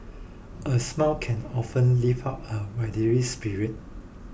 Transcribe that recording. a smile can often lift up a weary spirit